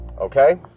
okay